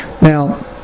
Now